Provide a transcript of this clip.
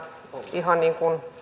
ihan niin kuin